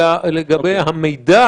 אלא לגבי המידע,